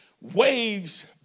waves